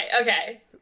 okay